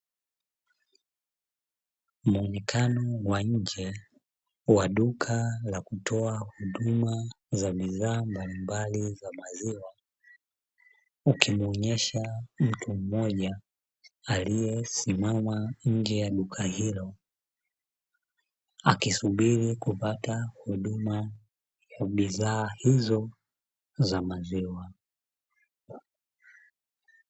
Muonekano wa nje wa duka la kutoa huduma za bidhaa mbalimbali za maziwa, ukimuonyesha mtu mmoja aliyesimama nje ya duka hilo akisubiri, kupata huduma ya bidhaa hizo za maziwa.